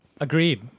Agreed